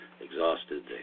exhausted